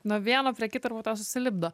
nuo vieno prie kito ir po to susilipdo